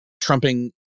trumping